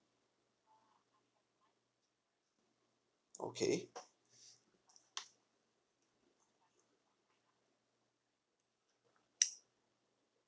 okay